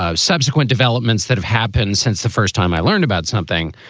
ah subsequent developments that have happened since the first time i learned about something.